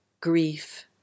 grief